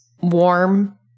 warm